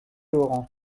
laurent